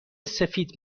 سفید